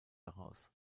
heraus